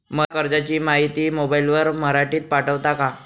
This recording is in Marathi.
मला कर्जाची माहिती मोबाईलवर मराठीत पाठवता का?